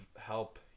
help